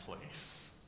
place